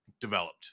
developed